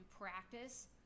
practice